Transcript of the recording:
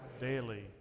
daily